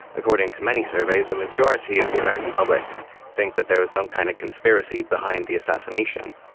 according to many surveys, the majority of the american public think that there is some kind of conspiracy behind the assassination.